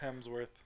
Hemsworth